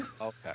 Okay